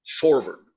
forward